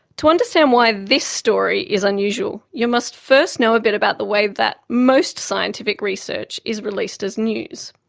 to understand why this story is unusual, you must first know a bit about the way that most scientific research is released as news.